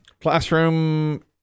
Classroom